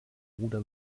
bruder